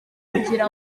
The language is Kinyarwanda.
kugira